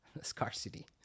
Scarcity